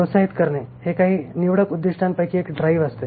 प्रोत्साहित करणे हे काही निवडक उद्दीष्टांसाठी एक ड्राइव्ह असते